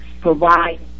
Provide